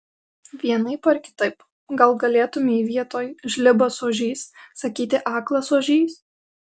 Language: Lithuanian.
vienaip ar kitaip gal galėtumei vietoj žlibas ožys sakyti aklas ožys